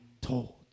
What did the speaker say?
told